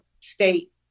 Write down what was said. state